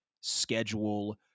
schedule